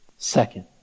Second